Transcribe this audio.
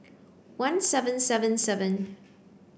one seven seven seven